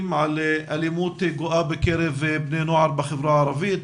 על אלימות גואה בקרב בני נוער בחברה הערבית,